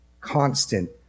Constant